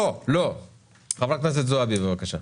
בבקשה.